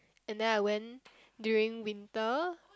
and then I went during winter